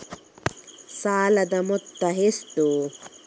ಸಾಲದ ಮೊತ್ತ ಎಷ್ಟು?